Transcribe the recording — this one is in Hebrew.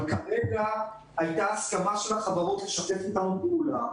אבל כרגע הייתה הסכמה של החברות לשתף איתנו פעולה,